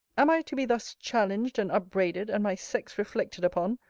am i to be thus challenged and upbraided, and my sex reflected upon,